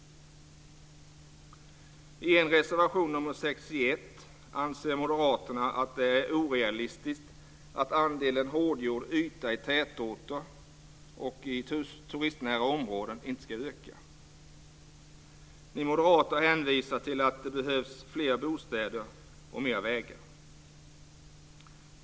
I en reservation, nr 61, anser Moderaterna att det är orealistiskt att andelen hårdgjord yta i tätorter och i tätortsnära områden inte ska öka. Ni moderater hänvisar till att det behövs fler bostäder och vägar.